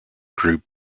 group